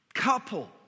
couple